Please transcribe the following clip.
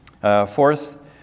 Fourth